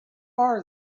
are